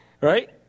right